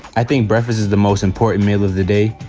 i think breakfast is the most important meal of the day,